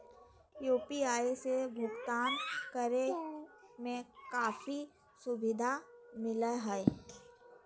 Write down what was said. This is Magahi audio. यू.पी.आई से भुकतान करे में काफी सुबधा मिलैय हइ